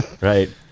right